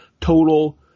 total